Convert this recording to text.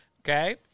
Okay